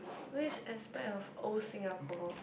which aspect of old Singapore